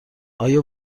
آیا